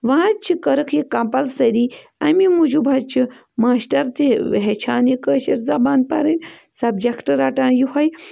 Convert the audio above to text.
وۄنۍ حظ چھِ کٔرٕکھ یہِ کمپَلسٔری اَمی موٗجوٗب حظ چھِ ماشٹر تہِ ہیٚچھان یہِ کٲشٕر زبان پَرٕنۍ سبجَکٹ رَٹان یِہوٚے